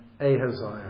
Ahaziah